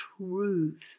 truth